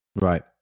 Right